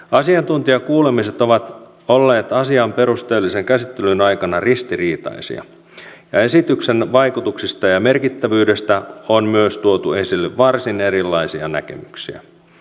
asiantuntijakuulemiset ovat olleet asian perusteellisen käsittelyn aikana ristiriitaisia ja esityksen vaikutuksista ja merkittävyydestä on myös tuotu esille varsin erilaisia näkemyksiä